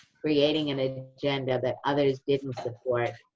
creating and an agenda that others didn't support,